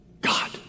God